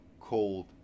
cold